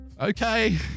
Okay